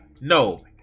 no